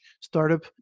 startup